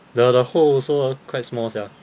the the hole also quite small sia